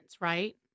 right